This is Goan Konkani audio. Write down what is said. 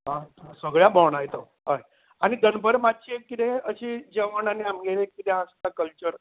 आं सगळ्या भोंवडायता हय आनी दनपारा मात्शें एक कितें अशें जेवण आनी अशें आमगेलें कितें आसतां कल्चर